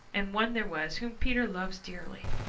and one there was whom peter loves dearly.